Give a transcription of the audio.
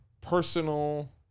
personal